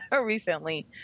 recently